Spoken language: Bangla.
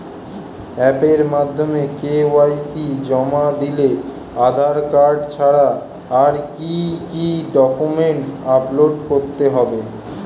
অ্যাপের মাধ্যমে কে.ওয়াই.সি জমা দিলে আধার কার্ড ছাড়া আর কি কি ডকুমেন্টস আপলোড করতে হবে?